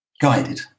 guided